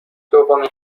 دومین